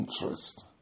interest